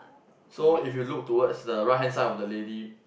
so if you look towards the right hand side of the lady